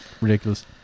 ridiculous